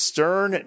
Stern